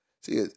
See